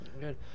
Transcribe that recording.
Good